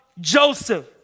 Joseph